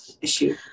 issue